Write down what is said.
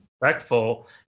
respectful